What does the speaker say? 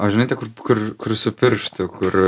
o žinai kur kur kur supirštu kur